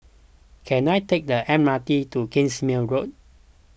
can I take the M R T to Kingsmead Road